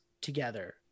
together